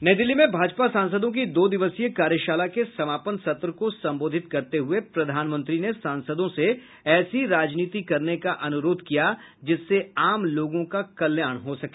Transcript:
नई दिल्ली में भाजपा सांसदों की दो दिवसीय कार्यशाला के समापन सत्र को संबोधित करते हुए प्रधानमंत्री ने सांसदों से ऐसी राजनीति करने का अनुरोध किया जिससे आम लोगों का कल्याण हो सके